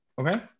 Okay